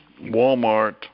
Walmart